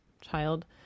child